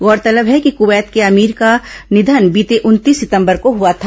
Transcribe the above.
गौरतलब है कि कुवैत के अमीर का निधन बीते उनतीस सितंबर को हुआ था